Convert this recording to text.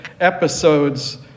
episodes